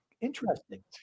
interesting